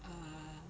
uh